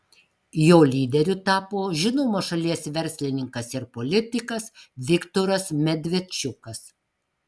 jo lyderiu tapo žinomas šalies verslininkas ir politikas viktoras medvedčiukas